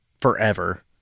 forever